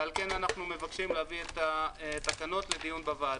ועל כן אנחנו מבקשים להביא את התקנות לדיון בוועדה.